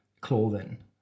clothing